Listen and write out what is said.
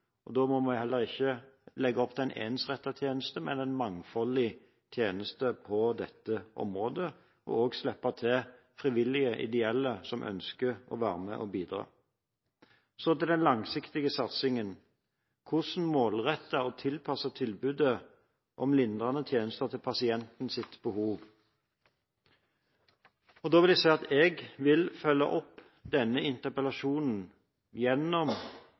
Da må vi på dette området ikke legge opp til en ensrettet tjeneste, men en mangfoldig tjeneste, og også slippe til frivillige og ideelle som ønsker å være med og bidra. Så til den langsiktige satsingen: Hvordan målrette og tilpasse tilbudet om lindrende tjenester til pasientenes behov? Her vil jeg si at jeg vil følge opp denne interpellasjonen gjennom